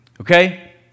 Okay